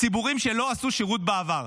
ציבורים שלא עשו שירות בעבר.